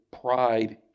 pride